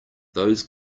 those